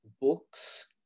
books